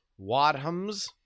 Wadhams